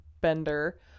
bender